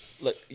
Look